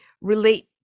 relate